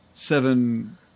seven